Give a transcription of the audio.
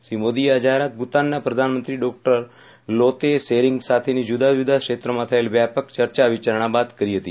શ્રી મોદીએ આ જાહેરાત ભૂતાનના પ્રધાનમંત્રી ડોક્ટર લોતેય શેરિંગ સાથેની જુદા જુદા ક્ષેત્રોમાં થયેલ વ્યાપક ચર્ચા વિચારણા બાદ કરી હતી